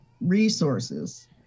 resources